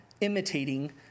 imitating